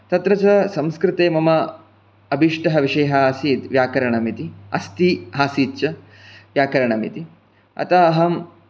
तत्र च संस्कृते मम अभीष्टः विषयः आसीत् व्याकरणम् इति अस्ति आसीत् च व्याकरणम् इति अतः अहं